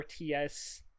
RTS